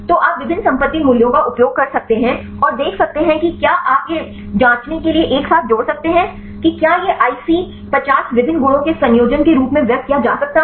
तो आप विभिन्न संपत्ति मूल्यों का उपयोग कर सकते हैं और देख सकते हैं कि क्या आप यह जांचने के लिए एक साथ जोड़ सकते हैं कि क्या यह IC50 विभिन्न गुणों के संयोजन के रूप में व्यक्त किया जा सकता है